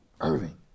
Irving